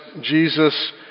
Jesus